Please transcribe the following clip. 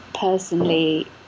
personally